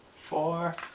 Four